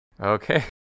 Okay